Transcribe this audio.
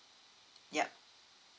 yup